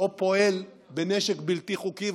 נשק בלתי חוקי או פועל עם נשק בלתי חוקי.